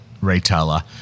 retailer